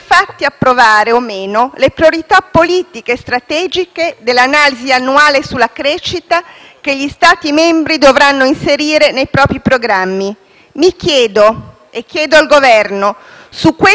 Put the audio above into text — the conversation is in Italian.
che gli Stati membri dovranno inserire nei propri programmi. Mi chiedo, e chiedo al Governo, con quale forza e credibilità l'Italia siederà a quel tavolo e dirà la sua